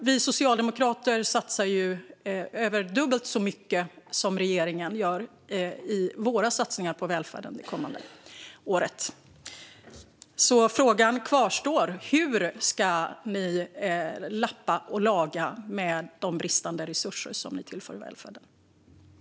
Vi socialdemokrater satsar mer än dubbelt så mycket som regeringen gör på välfärden det kommande året. Frågan kvarstår alltså: Hur ska ni lappa och laga med de bristande resurser som ni tillför välfärden?